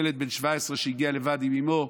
ילד בן 17, שהגיע לבד עם אימו.